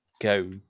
go